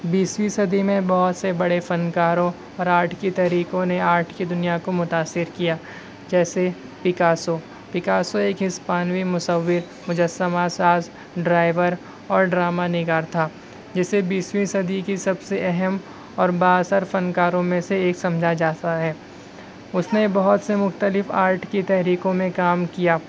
بیسویں صدی میں بہت سے بڑے فنکاروں اور آرٹ کی تحریکوں نے آرٹ کی دنیا کو متاثر کیا جیسے پیکاسو پیکاسو ایک ہسپانوی مصور مجسمہ ساز ڈرائیور اور ڈرامہ نگار تھا جسے بیسویں صدی کی سب سے اہم اور بااثر فنکاروں میں سے ایک سمجھا جاتا ہے اس نے بہت سے مختلف آرٹ کی تحریکوں میں کام کیا